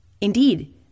Indeed